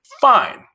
Fine